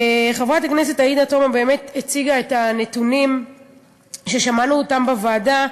חברת הכנסת עאידה תומא באמת הציגה את הנתונים ששמענו בוועדה,